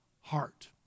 heart